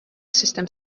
sustem